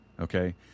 Okay